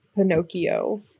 Pinocchio